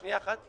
שנייה אחת.